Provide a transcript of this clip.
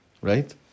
right